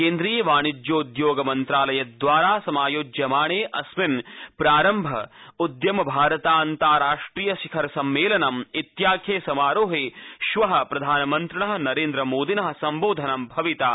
केन्द्रीय वाणिज्योदयोग मन्त्रालय दवारा समायोज्यमाणे अस्मिन् प्रारम्भ उद्यम भारतान्ताराष्ट्रियं शिखर सम्मेलनम् इत्याख्ये समारोहे श्वः प्रधानमन्त्रिणो मोदिनः सम्बोधनं भविता